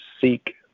seek